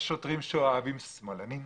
יש שוטרים שאוהבים שמאלנים,